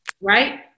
Right